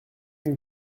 une